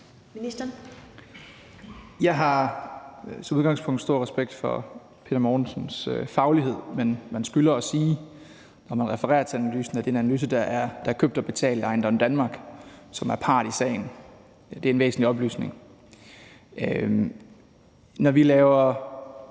Jeg har som udgangspunkt stor respekt for Peter Mortensens faglighed. Men når man refererer til analysen skylder man også lige at sige, at den analyse er købt og betalt af Ejendom Danmark, som er part i sagen, og det er en væsentlig oplysning. Når vi i